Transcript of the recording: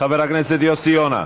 חבר הכנסת יוסי יונה,